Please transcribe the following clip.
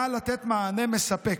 באה לתת מענה מספק.